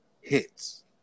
hits